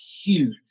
Huge